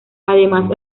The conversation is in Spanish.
además